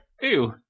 Ew